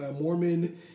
Mormon